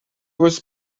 was